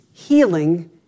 healing